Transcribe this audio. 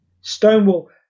stonewall